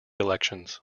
elections